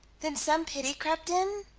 then some pity crept in?